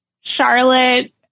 Charlotte